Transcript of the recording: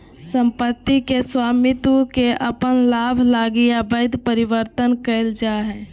सम्पत्ति के स्वामित्व के अपन लाभ लगी अवैध परिवर्तन कइल जा हइ